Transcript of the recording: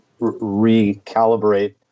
recalibrate